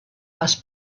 les